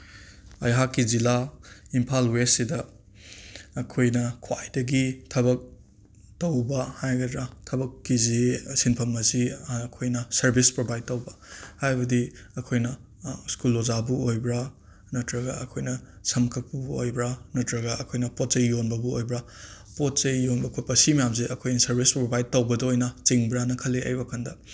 ꯑꯩꯍꯥꯛꯀꯤ ꯖꯤꯂꯥ ꯏꯝꯐꯥꯜ ꯋꯦꯁꯁꯤꯗ ꯑꯩꯈꯣꯏꯅ ꯈ꯭ꯋꯥꯏꯗꯒꯤ ꯊꯕꯛ ꯇꯧꯕ ꯍꯥꯏꯒꯗ꯭ꯔꯥ ꯊꯕꯛꯀꯤꯁꯤ ꯁꯤꯟꯐꯝ ꯑꯁꯤ ꯑꯩꯈꯣꯏꯅ ꯁꯔꯚꯤꯁ ꯄ꯭ꯔꯣꯚꯥꯏꯠ ꯇꯧꯕ ꯍꯥꯏꯕꯗꯤ ꯑꯩꯈꯣꯏꯅ ꯁ꯭ꯀꯨꯜ ꯑꯣꯖꯥꯕꯨ ꯑꯣꯏꯕ꯭ꯔꯥ ꯅꯠꯇ꯭ꯔꯒ ꯑꯩꯈꯣꯏꯅ ꯁꯝ ꯀꯛꯄꯕꯨ ꯑꯣꯏꯕ꯭ꯔꯥ ꯅꯠꯇ꯭ꯔꯒ ꯑꯩꯈꯣꯏꯅ ꯄꯣꯠ ꯆꯩ ꯌꯣꯟꯕꯕꯨ ꯑꯣꯏꯕ꯭ꯔꯥ ꯄꯣꯠꯁꯦ ꯌꯣꯟꯕ ꯈꯣꯠꯄ ꯁꯤ ꯃꯌꯥꯝꯁꯦ ꯑꯩꯈꯣꯏꯅ ꯁꯔꯚꯤꯁ ꯄ꯭ꯔꯣꯚꯥꯏꯠ ꯇꯧꯕꯗ ꯑꯣꯏꯅ ꯆꯤꯡꯕ꯭ꯔꯥꯅ ꯈꯜꯂꯤ ꯑꯩ ꯋꯥꯈꯟꯗ